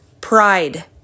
pride